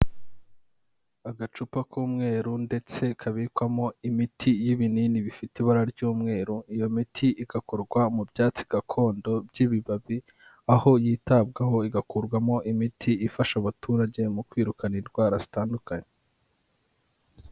Agacupa k'umweru ndetse kabikwamo imiti y'ibinini bifite ibara ry'umweru, iyo miti igakorwa mu byatsi gakondo by'ibibabi, aho yitabwaho igakurwamo imiti ifasha abaturage mu kwirukana indwara zitandukanye.